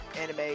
anime